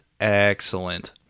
excellent